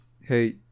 Hey